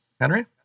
henry